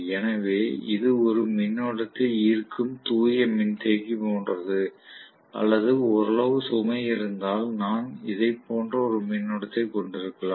எனவே இது ஒரு மின்னோட்டத்தை ஈர்க்கும் தூய மின்தேக்கி போன்றது அல்லது ஓரளவு சுமை இருந்தால் நான் இதைப் போன்ற ஒரு மின்னோட்டத்தைக் கொண்டிருக்கலாம்